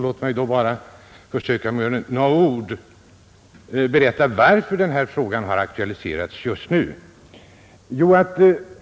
Låt mig då bara med några ord försöka berätta varför denna fråga har aktualiserats just nu.